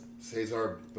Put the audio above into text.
Cesar